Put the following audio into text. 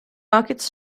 markets